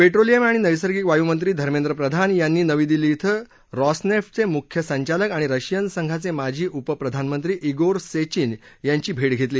petroleum आणि नैसर्गिक वायूमंत्री धमेंद्र प्रधान यांनी नवी दिल्ली इथं रॉसनेप डिमुख्य संचालक आणि रशियन संघाच माजी उप प्रधानमंत्री इगोर सधीन यांची भेट घेतली